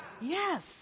Yes